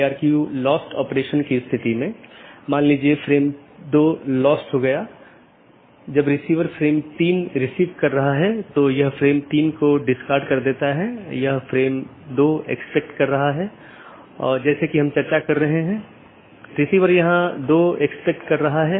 मुख्य रूप से दो BGP साथियों के बीच एक TCP सत्र स्थापित होने के बाद प्रत्येक राउटर पड़ोसी को एक open मेसेज भेजता है जोकि BGP कनेक्शन खोलता है और पुष्टि करता है जैसा कि हमने पहले उल्लेख किया था कि यह कनेक्शन स्थापित करता है